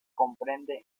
comprende